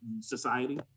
society